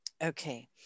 okay